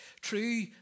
True